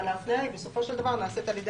אבל ההפנייה בסופו של דבר נעשית על ידי